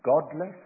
godless